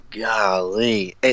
golly